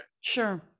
Sure